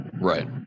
right